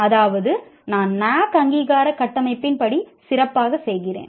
அதாவது நான் NAAC அங்கீகார கட்டமைப்பின் படி சிறப்பாக செய்கிறேன்